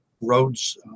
roads